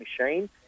machine